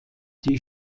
die